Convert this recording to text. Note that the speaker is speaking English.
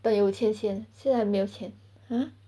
等有钱先现在没有钱